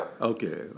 Okay